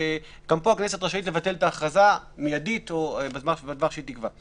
הכנסת רשאית לבטל את ההכרזה מידית או בזמן שהיא תקבע.